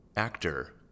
actor